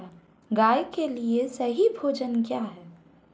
गाय के लिए सही भोजन क्या है?